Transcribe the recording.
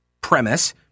premise